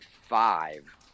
five